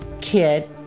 kid